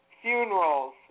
funerals